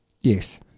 Yes